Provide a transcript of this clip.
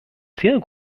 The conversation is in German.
sehr